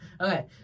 Okay